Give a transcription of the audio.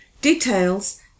Details